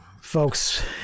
folks